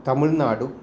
तमिळ्नाडुः